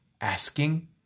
asking